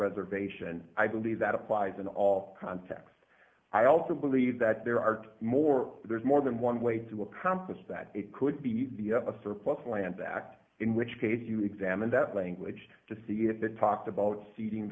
reservation i believe that applies in all contexts i also believe that there are more there's more than one way to accomplish that it could be a surplus land act in which case you examine that language to see if they talked about ceding